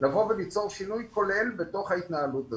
לבוא וליצור שינוי כולל בתוך ההתנהלות הזאת.